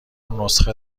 نسخه